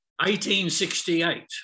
1868